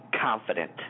confident